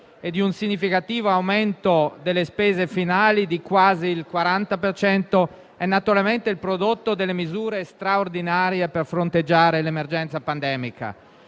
e un significativo aumento delle spese finali di quasi il 40 per cento, è naturalmente il prodotto delle misure straordinarie per fronteggiare l'emergenza pandemica.